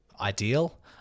ideal